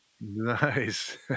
Nice